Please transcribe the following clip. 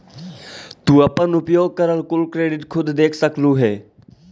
तू अपन उपयोग करल कुल क्रेडिट खुद देख सकलू हे